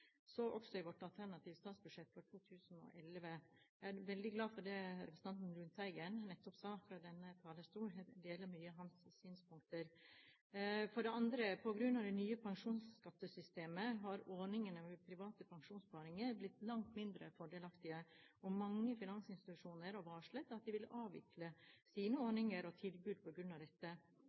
så også i vårt alternative statsbudsjett for 2011. Jeg er veldig glad for det representanten Lundteigen nettopp sa fra denne talerstol. Jeg deler mange av hans synspunkter. For det andre: På grunn av det nye pensjonsskattesystemet har ordningene med privat pensjonssparing blitt langt mindre fordelaktige, og mange finansinstitusjoner har varslet at de vil avvikle sine ordninger og tilbud